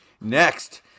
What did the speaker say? Next